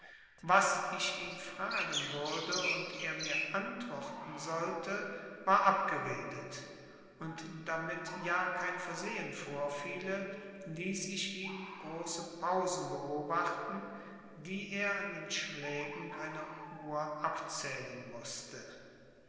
was ich ihn fragen würde und er mir antworten sollte war abgeredet und damit ja kein versehen vorfiele ließ ich ihn große pausen beobachten die er an den schlägen einer uhr abzählen mußte